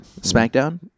SmackDown